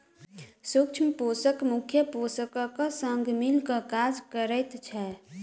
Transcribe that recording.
सूक्ष्म पोषक मुख्य पोषकक संग मिल क काज करैत छै